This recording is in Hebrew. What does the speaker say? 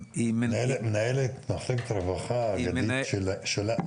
מנהלת מחלקת הרווחה של הרשות,